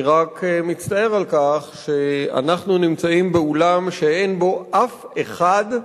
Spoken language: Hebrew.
אני רק מצטער על כך שאנחנו נמצאים באולם שאין בו אף אחד,